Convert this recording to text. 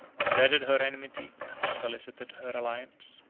dreaded her enmity, and solicited her alliance.